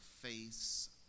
face